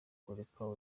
kureka